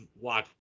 watch